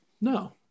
No